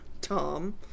Tom